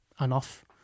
Enough